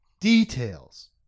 Details